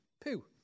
poo